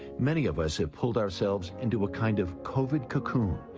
many of us have pulled ourselves into a kind of covid cocoon,